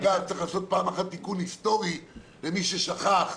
אתה צריך לעשות פעם אחת תיקון היסטורי למי ששכח,